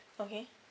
okay